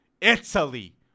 italy